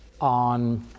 on